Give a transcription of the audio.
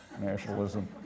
nationalism